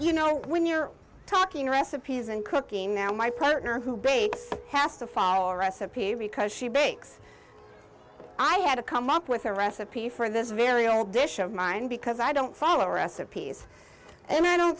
you know when you're talking recipes and cooking now my partner who bakes has to follow all recipe because she bakes i had to come up with a recipe for this very old dish of mine because i don't follow recipes and i don't